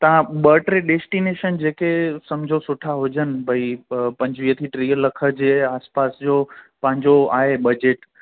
तव्हां ॿ टे डेस्टीनेशन जेके सम्झो सुठा हुजनि भई प पंजुवीह टीह लख जे आसि पासि जो पंहिंजो आहे बजट त